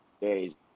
days